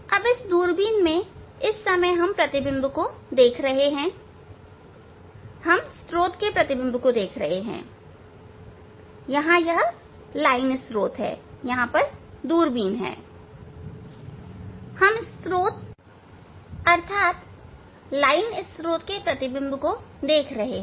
अब इस दूरबीन में इस समय हम प्रतिबिंब को देख रहे हैं हम स्त्रोत के प्रतिबिंब को देख रहे हैं यहां यह लाइन स्त्रोत है यहां दूरबीन है हम स्त्रोत अर्थात लाइन स्त्रोत के प्रतिबिंब देख रहे हैं